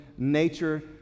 Nature